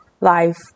life